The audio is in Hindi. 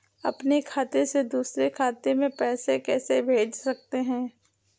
अपने खाते से दूसरे खाते में पैसे कैसे भेज सकते हैं?